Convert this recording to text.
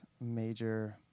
major